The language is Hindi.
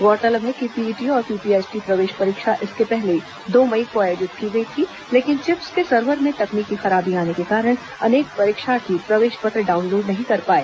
गौरतलब है कि पीईटी और पीपीएचटी प्रवेश परीक्षा इसके पहले दो मई को आयोजित की गई थी लेकिन चिप्स के सर्वर में तकनीकी खराबी आने के कारण अनेक परीक्षाार्थी प्रवेश पत्र डाउनलोड नहीं कर पाए